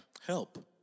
Help